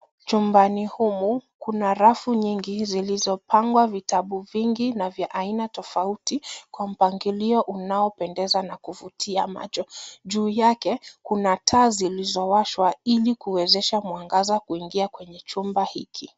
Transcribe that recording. Chumbani humu, kuna rafu nyingi zilizopangwa vitabu vingi na vya aina tofauti kwa mpangilio unaopendeza na kuvutia macho. Juu yake, kuna taa zilizowashwa ili kuwezesha mwangaza kuingia kwenye chumba hiki.